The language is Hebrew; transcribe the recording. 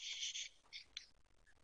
לא?